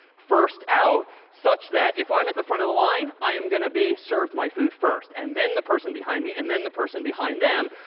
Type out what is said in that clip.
first out, such that if i'm at the front of the line i am going to be served my food first and then the person behind me and then the person behind them.